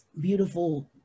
beautiful